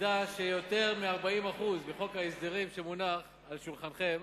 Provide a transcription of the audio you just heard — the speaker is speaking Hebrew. תדע שיותר מ-40% בחוק ההסדרים שמונח על שולחנכם,